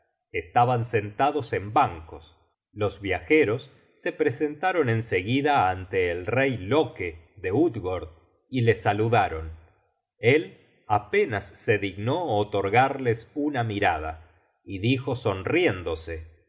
estaban sentados en bancos los viajeros se presentaron en seguida ante el rey loke de utgord y le saludaron el apenas se dignó otorgarles una mirada y dijo sonriéndose